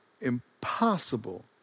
impossible